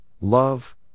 love